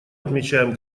отмечаем